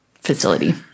facility